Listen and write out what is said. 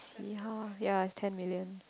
ya ya it's ten million